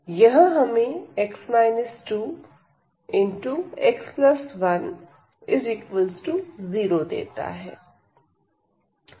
यह हमें x10 देता है